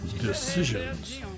Decisions